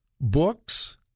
books